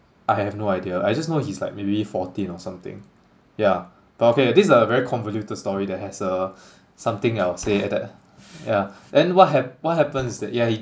I have no idea I just know he's like maybe fourteen or something yeah but okay this is a very convoluted story that has uh something I will say later yeah then what hap~ what happens is that yeah he